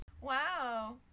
Wow